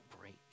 break